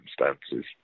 circumstances